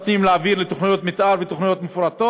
אין למשרד הפנים תקציב להעביר לתוכניות מתאר ולתוכניות מפורטות.